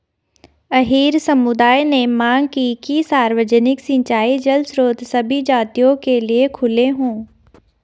अहीर समुदाय ने मांग की कि सार्वजनिक सिंचाई जल स्रोत सभी जातियों के लिए खुले हों